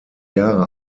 jahre